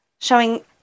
showing